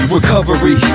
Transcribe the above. Recovery